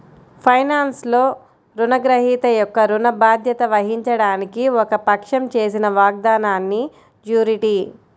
ఫైనాన్స్లో, రుణగ్రహీత యొక్క ఋణ బాధ్యత వహించడానికి ఒక పక్షం చేసిన వాగ్దానాన్నిజ్యూరిటీ